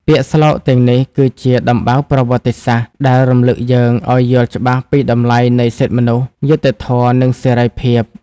ពាក្យស្លោកទាំងនេះគឺជា "ដំបៅប្រវត្តិសាស្ត្រ" ដែលរំលឹកយើងឱ្យយល់ច្បាស់ពីតម្លៃនៃ សិទ្ធិមនុស្ស យុត្តិធម៌ និងសេរីភាព។